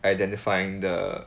identifying the